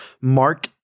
Mark